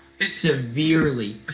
Severely